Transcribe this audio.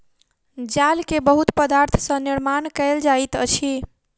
जाल के बहुत पदार्थ सॅ निर्माण कयल जाइत अछि